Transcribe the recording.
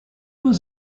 was